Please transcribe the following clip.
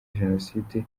genocide